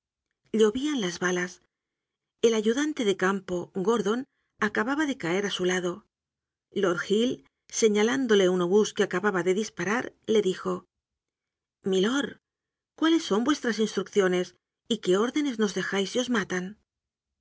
heróico llovían las balas el ayudante de campo gordon acababa de caer á su lado lord hill señalándole un obús que acababa de disparar le dijo milord cuáles son vuestras instrucciones y qué órdenes nos dejais si os matan